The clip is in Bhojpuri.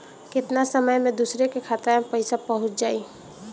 केतना समय मं दूसरे के खाता मे पईसा पहुंच जाई?